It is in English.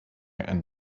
and